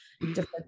different